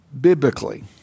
biblically